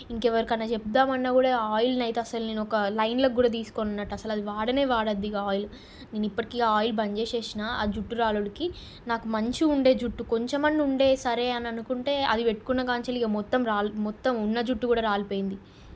ఇంకెవరికైనా చెబుదామన్నా కూడా ఆ ఆయిల్ని అయితే అసలు నేను ఒక లైన్లోకి కూడా తీసుకొన్నట్టు అసలు అది వాడనే వాడొద్దు ఇంకా ఆ ఆయిల్ నేను ఇప్పటికీ ఆ ఆయిల్ బంద్ చేసేసిన ఆ జుట్టు రాలుడికి నాకు మంచిగా ఉండేది జుట్టు కొంచమన్నా ఉండే సరే అని అనుకుంటే అది పెట్టుకున్నకాంచలి ఇక మొత్తం రాల్ మొత్తం ఉన్న జుట్టు కూడా రాలిపోయింది